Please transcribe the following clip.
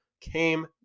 came